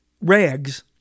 rags